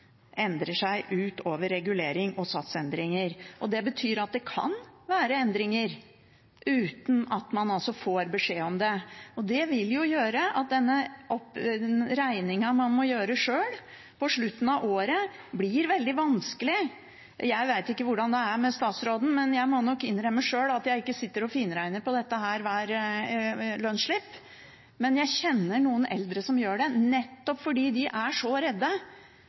endrer seg utover reguleringer og satsendringer». Det betyr at det kan være endringer uten at man får beskjed om det. Det vil gjøre at denne regningen man må gjøre sjøl på slutten av året, blir veldig vanskelig. Jeg vet ikke hvordan det er med statsråden, men jeg må nok innrømme at jeg ikke sitter og finregner på dette på hver lønnsslipp, men jeg kjenner noen eldre som gjør det, nettopp fordi de er redde